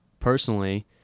personally